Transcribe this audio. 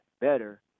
better